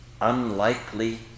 unlikely